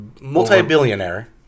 Multi-billionaire